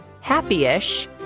Happy-ish